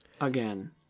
again